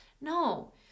no